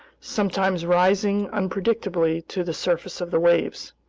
sometimes rising unpredictably to the surface of the waves.